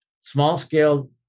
small-scale